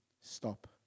stop